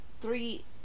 three